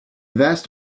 vast